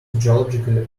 geologically